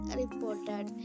reported